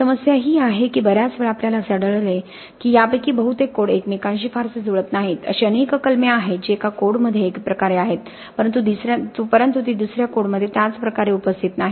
समस्या ही आहे की बर्याच वेळा आपल्याला असे आढळले आहे की यापैकी बहुतेक कोड एकमेकांशी फारसे जुळत नाहीत अशी अनेक कलमे आहेत जी एका कोडमध्ये एक प्रकारे आहेत परंतु ती दुसऱ्या कोडमध्ये त्याच प्रकारे उपस्थित नाहीत